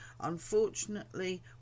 unfortunately